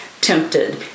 tempted